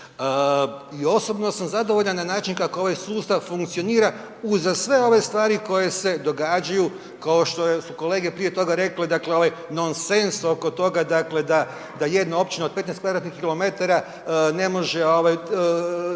I osobno sam zadovoljan na način kako ovaj sustav funkcionira uza sve ove stvari koje se događaju kao što su kolege prije toga rekle, dakle ovaj nonsens oko toga, dakle da, da jedna općina od 15 kvadratnih kilometara ne može ovaj,